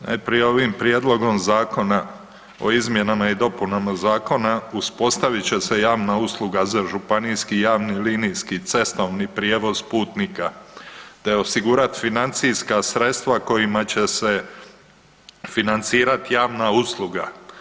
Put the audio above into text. Najprije ovim prijedlogom zakona o izmjenama i dopunama zakona uspostavit će se javna usluga za županijski javni linijski cestovni prijevoz putnika, te osigurat financijska sredstva kojima će se financirati javna usluga.